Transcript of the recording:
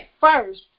first